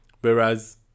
Whereas